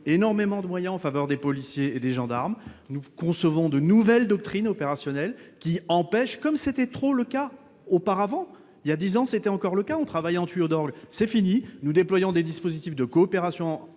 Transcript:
énormément de moyens en faveur des policiers et des gendarmes nous concevons de nouvelle doctrine opérationnel qui empêche comme c'était trop le cas auparavant, il y a 10 ans, c'était encore le cas, on travaille en tuyaux d'orgue c'est fini, nous déployons des dispositifs de coopération